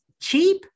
cheap